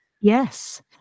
Yes